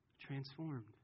transformed